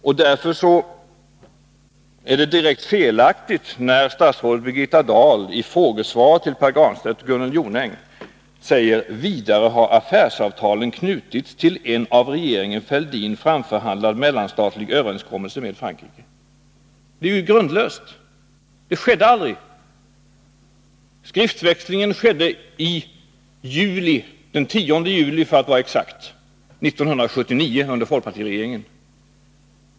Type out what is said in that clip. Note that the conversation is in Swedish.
Det är en direkt felaktig uppgift som statsrådet Birgitta Dahl lämnar, när hon i svaret till Pär Granstedt och Gunnel Jonäng säger: ”Vidare har affärsavtalen knutits till en av regeringen Fälldin framförhandlad mellanstatlig överenskommelse med Frankrike.” Det är grundlöst. Så skedde aldrig. Skriftväxlingen skedde i juli — för att vara exakt den 10 juli 1979 under folkpartiregeringen.